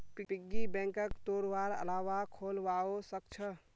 piggy बैंकक तोडवार अलावा खोलवाओ सख छ